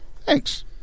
Thanks